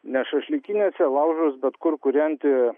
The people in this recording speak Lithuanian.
ne šašlykinėse laužus bet kur kūrenti